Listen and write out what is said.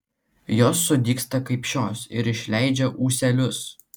jos sudygsta kaip šios ir išleidžia ūselius